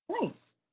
Nice